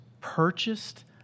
purchased